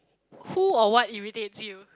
who or what irritates you